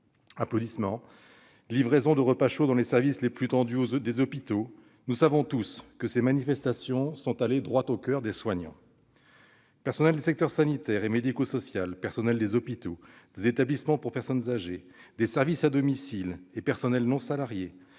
Applaudissements, livraisons de repas chauds dans les services les plus tendus des hôpitaux ...: nous savons tous que ces manifestations sont allées droit au coeur des soignants. Personnels des secteurs sanitaire et médico-social, personnels des hôpitaux, des établissements pour personnes âgées ou des services à domicile et personnels non salariés,